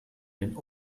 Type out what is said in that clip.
den